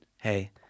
Hey